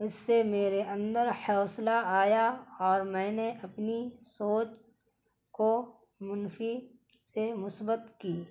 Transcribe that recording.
اس سے میرے اندر حوصلہ آیا اور میں نے اپنی سوچ کو منفی سے مثبت کی